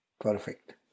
Perfect